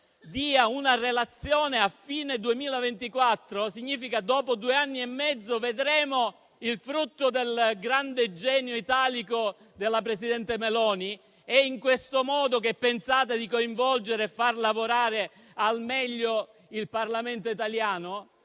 una relazione a fine 2024. Ciò significa che dopo due anni e mezzo vedremo il frutto del grande genio italico della presidente Meloni. È in questo modo che pensate di coinvolgere e far lavorare al meglio il Parlamento italiano?